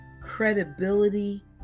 credibility